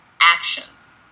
actions